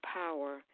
power